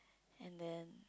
and then